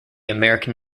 american